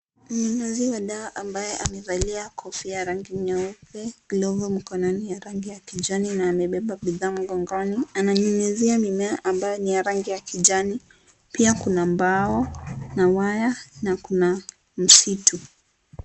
Mnyunyuzi wa dawa ambaye amevalia kofia ya rangi nyeupe, glove mkononi ya rangi ya kijani na amebeba bidhaa mgongoni. Ananyunyuzia mimea ambayo ni ya rangi ya kijani. Pia kuna mbao na waya na kuna msitu.